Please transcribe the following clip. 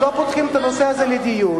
אנחנו לא פותחים את הנושא הזה לדיון.